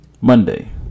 monday